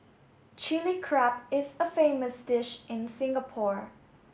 Chilli Crab is a famous dish in Singapore